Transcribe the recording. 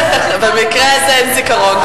במקרה הזה אין זיכרון.